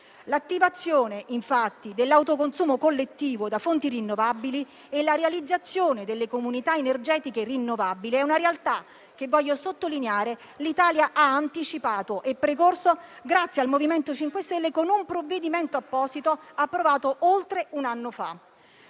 L'attivazione, infatti, dell'autoconsumo collettivo da fonti rinnovabili e la realizzazione delle comunità energetiche rinnovabili sono una realtà che - lo voglio sottolineare - l'Italia ha anticipato e precorso grazie al MoVimento 5 Stelle, con un provvedimento apposito approvato oltre un anno fa.